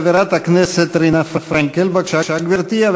חברת הכנסת רינה פרנקל, בבקשה, גברתי.